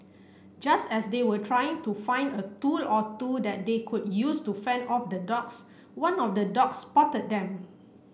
just as they were trying to find a tool or two that they could use to fend off the dogs one of the dogs spotted them